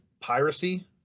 piracy